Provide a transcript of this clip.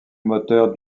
moteur